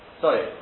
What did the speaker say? Sorry